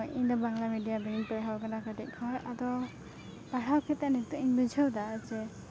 ᱤᱧᱫᱚ ᱵᱟᱝᱞᱟ ᱢᱤᱰᱤᱭᱟᱢ ᱨᱮᱜᱮᱧ ᱯᱟᱲᱦᱟᱣ ᱠᱟᱱᱟ ᱠᱟᱹᱴᱤᱡ ᱠᱷᱚᱡ ᱟᱫᱚ ᱯᱟᱲᱦᱟᱣ ᱠᱟᱛᱮ ᱱᱤᱛᱚᱜᱤᱧ ᱵᱩᱡᱷᱟᱹᱣᱮᱫᱟ ᱡᱮ